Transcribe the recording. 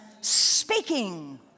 speaking